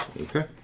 Okay